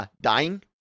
dying